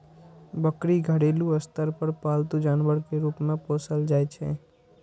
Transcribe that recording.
बकरी घरेलू स्तर पर पालतू जानवर के रूप मे पोसल जाइ छै